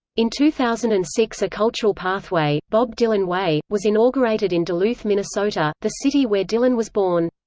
in two thousand and six a cultural pathway, bob dylan way, was inaugurated in duluth, minnesota, the city where dylan was born.